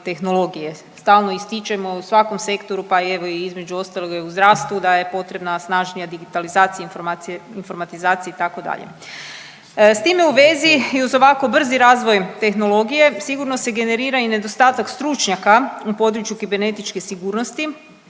Stalno ističemo u svakom sektoru, pa evo između ostaloga i u zdravstvu da je potrebna snažnija digitalizacija i informatizacija itd.. S time u vezi i uz ovako brzi razvoj tehnologije sigurno se generira i nedostatak stručnjaka u području kibernetičke sigurnosti,